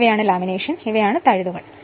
ഇവയാണ് ലാമിനേഷനുകൾ ഇവയാണ് തഴുതുകൾ